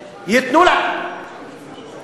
ייתנו, כן.